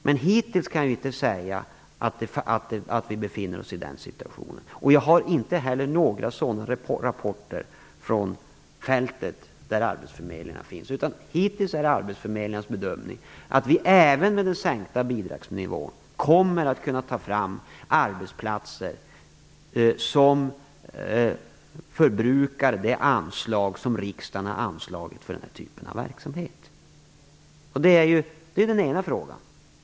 Men hittills kan jag inte säga att vi befinner oss i den situationen. Jag har inte heller fått några sådana rapporter från fältet, där arbetsförmedlingarna finns. Hittills är det arbetsförmedlingarnas bedömning att vi även med den sänkta bidragsnivån kommer att kunna ta fram arbetsplatser, som förbrukar det anslag som riksdagen har beviljat för den här typen av verksamhet. Det är den ena frågan.